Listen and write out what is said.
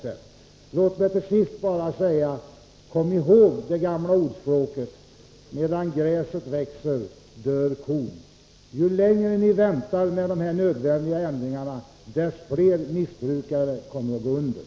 förmåner till miss Låt mig till sist bara säga: Kom ihåg det gamla ordspråket ”Medan gräset brukare växer dör kon”. Ju längre ni väntar med de här nödvändiga ändringarna, desto flera missbrukare kommer att gå under.